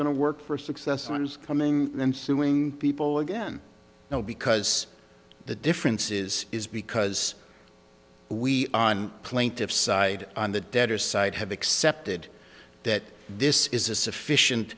going to work for success one is coming and suing people again now because the difference is is because we on plaintiffs side on the debtors side have accepted that this is a sufficient